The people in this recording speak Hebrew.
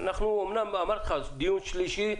אומנם אנחנו בדיון שלישי,